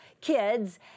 kids